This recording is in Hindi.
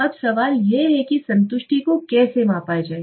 अब सवाल यह है कि संतुष्टि को कैसे मापा जाए